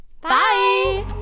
Bye